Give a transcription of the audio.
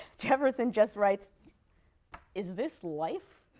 jefferson just writes is this life?